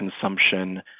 consumption